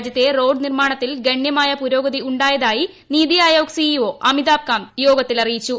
രാജ്യത്തെ റോഡ് നിർമ്മാണത്തിൽ ഗണ്യമായ പുരോഗതി ഉണ്ടായതായി NITI Aayog C E O Amitabh Kant യോഗത്തെ അറിയിച്ചു